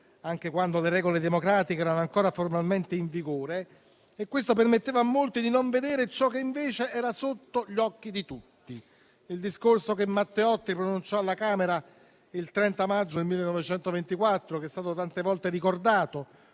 anche quando le regole democratiche erano ancora formalmente in vigore, e questo permetteva a molti di non vedere ciò che invece era sotto gli occhi di tutti. Il discorso che Matteotti pronunciò alla Camera il 30 maggio del 1924, che è stato tante volte ricordato,